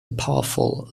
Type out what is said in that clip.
powerful